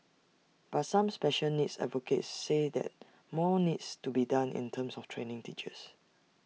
but some special needs advocates say that more needs to be done in terms of training teachers